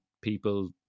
people